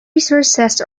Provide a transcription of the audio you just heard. resources